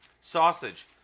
sausage